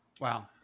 wow